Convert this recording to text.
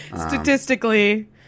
Statistically